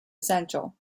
essential